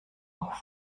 auch